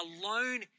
alone